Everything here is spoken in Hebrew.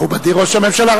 מכובדי ראש הממשלה,